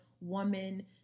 woman